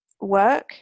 work